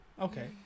Okay